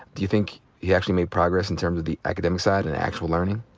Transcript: do you think he actually made progress in terms of the academic side and actual learning?